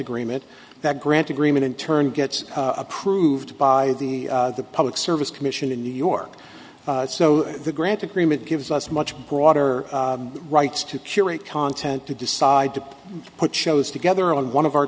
agreement that grant agreement in turn gets approved by the public service commission in new york so the grant agreement gives us much broader rights to curate content to decide to put shows together on one of our